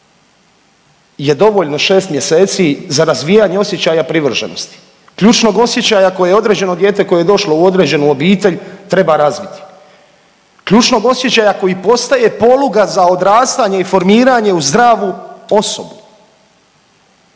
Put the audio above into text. je dovoljno 6 mjeseci za razvijanje osjećaja privrženosti, ključnog osjećaja koje određeno dijete koje je došlo u određenu obitelj treba razviti, ključnog osjećaja koji postaje poluga za odrastanje i formiranje u zdravu osobu.